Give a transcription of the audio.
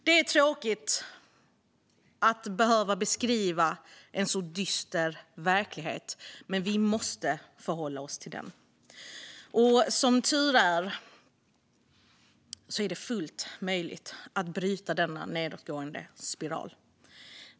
Det är tråkigt att behöva beskriva en så dyster verklighet, men vi måste förhålla oss till den. Det är, som tur är, fullt möjligt att bryta denna nedåtgående spiral.